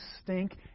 stink